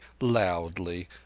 loudly